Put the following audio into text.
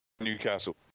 Newcastle